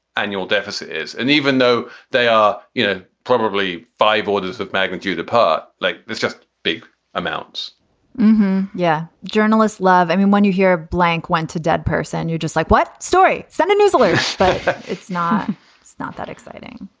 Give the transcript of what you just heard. annual deficit is. and even though they are, you know, probably five orders of magnitude apart, like there's just big amounts yeah. journalists love. i mean, when you hear a blank went to a dead person, you're just like, what story? so and a news alert. but it's not it's not that exciting.